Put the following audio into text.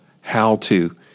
how-to